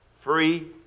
free